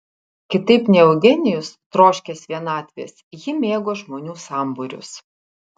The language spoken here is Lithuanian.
kitaip nei eugenijus troškęs vienatvės ji mėgo žmonių sambūrius